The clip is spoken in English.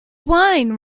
wine